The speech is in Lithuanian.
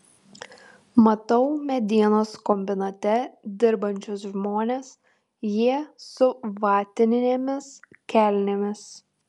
matau medienos kombinate dirbančius žmones jie su vatinėmis kelnėmis